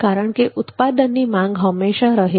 કારણકે ઉત્પાદનની માંગ હંમેશા રહે છે